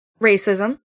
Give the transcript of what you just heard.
Racism